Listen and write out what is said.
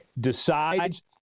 decides